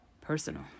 personal